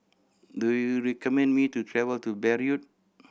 do you recommend me to travel to Beirut